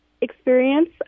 experience